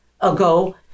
ago